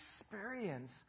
experience